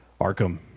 Arkham